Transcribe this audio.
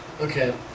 Okay